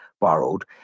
borrowed